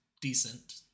decent